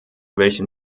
welchem